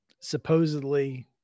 supposedly